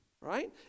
Right